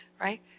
right